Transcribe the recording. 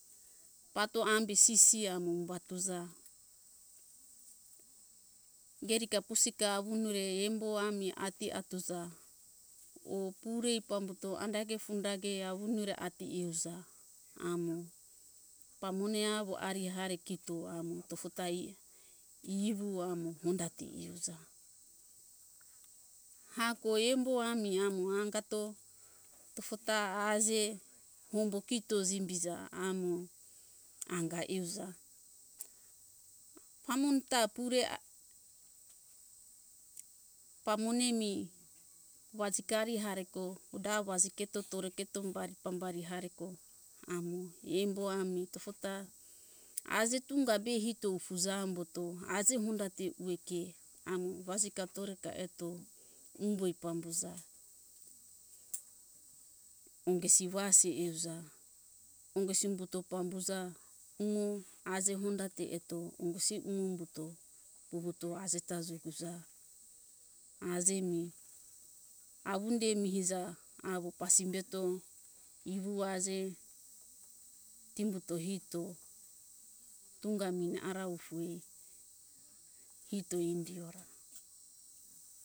Pato ambisisi amo umbatuza gerika pusika awunure embo ami ati atuza or purei pambuto andage fundage awunure ati iuza amo pamone awo ari ari kito amo tofotai uhu amo hondati iuja hako embo ami amo angato tofota aje hombo kito jimbija amo anga euja pamone ta pure a pamone mi wajikari hareko da wajiketo tore keto umbari pambari hareko amo embo ami tofota aje tunga be hito ufuja ambuto aje mundate ueke amo wajeka toreka eto umboi pambuza ongesi wasi euja ongesi umbuto pambuza umo aje hondate eto ongesi umo umbuto puwuto ajeta jokusa aje mi awunde mihiza awo pasimbeto ihu aje tiumbuto hito tunga mi ara ufue hito indiora